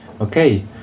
Okay